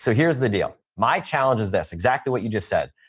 so here's the deal. my challenge is this, exactly what you just said.